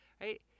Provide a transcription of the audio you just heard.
right